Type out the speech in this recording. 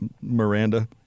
Miranda